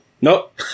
Nope